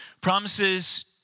Promises